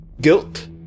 Guilt